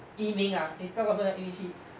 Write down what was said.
移民 ah 你不要跟我说你要移民去